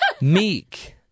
meek